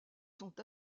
sont